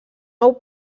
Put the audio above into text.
nou